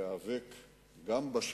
וגם עכשיו יש רק קדימה.